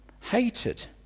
hated